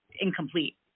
incomplete